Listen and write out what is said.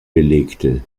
belegte